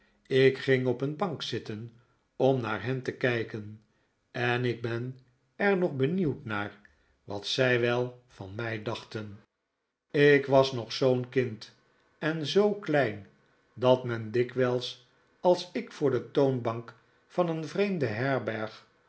ik ging op een bank zitten om naar hen te kijken en ik ben er nog benieuwd naar wat zij wel van mij dachten ik was nog zoo'n kind en zoo klein dat men dikwijls als ik voor de toonbank van een vreemde herberg